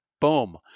Boom